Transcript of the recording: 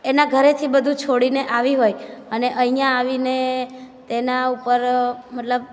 એના ઘરેથી બધું છોડીને આવી હોય અને અહીંયાં આવીને તેના ઉપર મતલબ